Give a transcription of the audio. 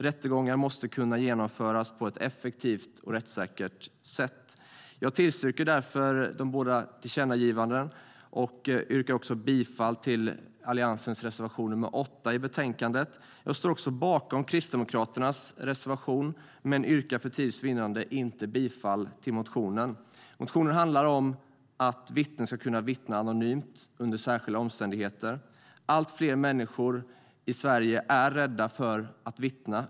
Rättegångar måste kunna genomföras på ett effektivt och rättssäkert sätt. Jag tillstyrker därför de båda tillkännagivandena och yrkar bifall till Alliansens reservation nr 8 i betänkandet. Jag står också bakom Kristdemokraternas reservation, men yrkar för tids vinnande inte bifall till motionen. Motionen handlar om att vittnen ska kunna vittna anonymt under särskilda omständigheter. Allt fler människor i Sverige är rädda för att vittna.